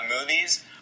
movies